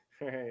Right